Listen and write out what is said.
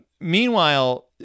Meanwhile